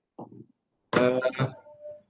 uh